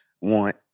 want